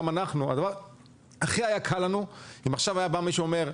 היה הכי קל לנו אם עכשיו היה בא מישהו ואומר: